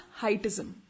heightism